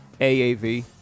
AAV